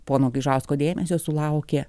pono gaižausko dėmesio sulaukė